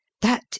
That